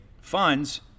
funds